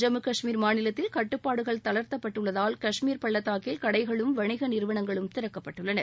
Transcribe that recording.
ஜம்மு கஷ்மீர் மாநிலத்தில் கட்டுப்பாடுகள் தளர்த்தப்பட்டதால் கஷ்மீர் பள்ளத்தாக்கில் கடைகளும் வணிக நிறுவனங்களும் திறக்கப்பட்டுள்ளன